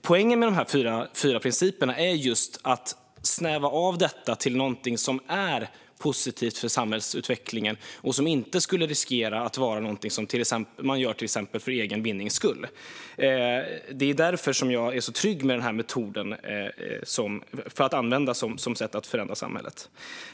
Poängen med dessa fyra principer är att snäva av detta till någonting som är positivt för samhällsutvecklingen och som inte riskerar att vara någonting som man gör till exempel för egen vinnings skull. Det är därför jag är så trygg med att använda denna metod för att förändra samhället.